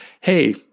Hey